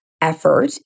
effort